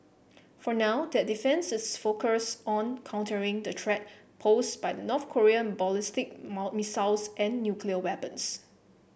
for now that defence is focused on countering the threat posed by North Korean ballistic missiles and nuclear weapons